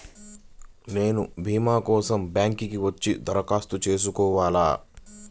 నేను భీమా కోసం బ్యాంక్కి వచ్చి దరఖాస్తు చేసుకోవాలా?